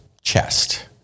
chest